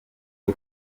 y’u